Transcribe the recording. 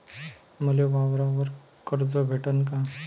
मले वावरावर कर्ज भेटन का?